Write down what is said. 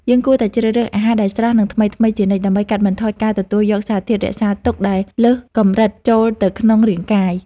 យើងគួរតែជ្រើសរើសអាហារដែលស្រស់ និងថ្មីៗជានិច្ចដើម្បីកាត់បន្ថយការទទួលយកសារធាតុរក្សាទុកដែលលើសកម្រិតចូលទៅក្នុងរាងកាយ។